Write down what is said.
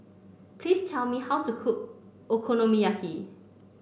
please tell me how to cook Okonomiyaki